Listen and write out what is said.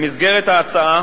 במסגרת ההצעה